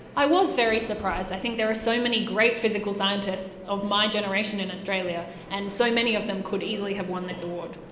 i was very surprised. i think there are so many great physical scientists of my generation in australia and so many of them could easily have won this award.